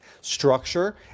structure